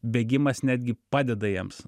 bėgimas netgi padeda jiems